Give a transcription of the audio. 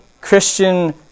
Christian